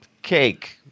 cake